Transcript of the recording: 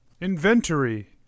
Inventory